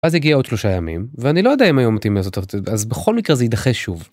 אז הגיע עוד שלושה ימים, ואני לא יודע אם היום מתאים לעשות תרגיל, אז בכל מקרה זה יידחה שוב.